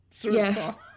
Yes